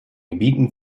gebieten